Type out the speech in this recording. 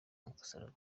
umusaraba